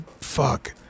fuck